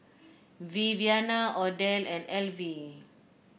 Viviana Odell and Elvie